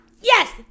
Yes